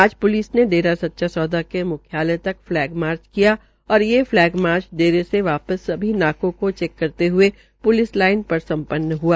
आज प्लिस ने डेरा सौदा के म्ख्यालय तक फैलग मार्च किया और ये फलैग मार्च डेरे में वा स सभी नाकों को चेक करते हये ्लिस लाइन र सं न्न हआ